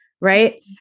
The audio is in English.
Right